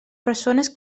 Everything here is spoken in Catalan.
persones